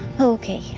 okay.